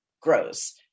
grows